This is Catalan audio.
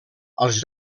als